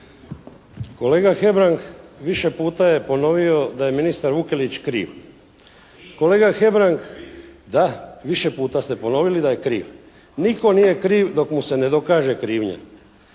Kolega Hebrang više puta je ponovio da je ministar Vukelić kriv. Kolega Hebrang …… /Upadica se ne razumije./ … Da, više puta ste ponovili da je kriv. Nitko nije kriv dok mu se ne dokaže krivnja.